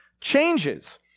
changes